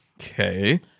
Okay